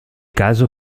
caso